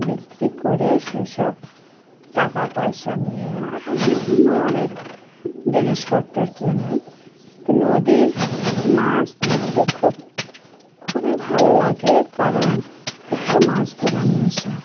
বিক্রি করে সেসব টাকা পয়সা নিয়ে আরও বিভিন্ন অনেক জিনিসপত্র কেনে তো নদীর মাছ ধরতে খুব খুবই ভালো লাগে কারণ একটা মাছ ধরার নেশা